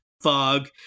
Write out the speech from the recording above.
fog